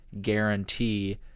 guarantee